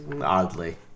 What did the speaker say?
oddly